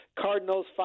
Cardinals